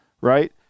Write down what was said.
right